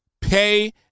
Pay